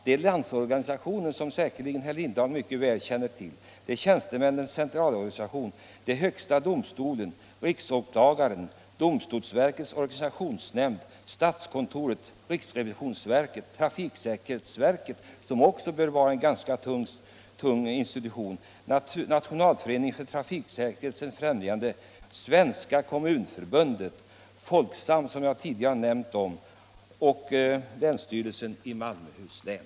Det är Landsorganisationen, Tjänstemännens centralorganisation, högsta domstolen, riksåklagaren, domstolsväsendets organisationsnämnd, statskontoret, riksrevisionsverket, trafiksäkerhetsverket — som också bör vara en tung instans —-, Nationalföreningen för trafiksäkerhetens främjande, Svenska kommunförbundet, Folksam och länsstyrelsen i Malmöhus län.